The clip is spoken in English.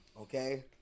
Okay